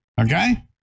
Okay